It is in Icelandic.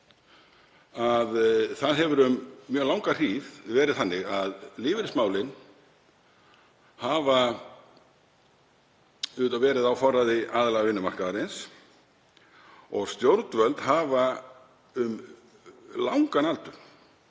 að það hefur um mjög langa hríð verið þannig að lífeyrismálin hafa verið á forræði aðila vinnumarkaðarins og stjórnvöld hafa um langan aldur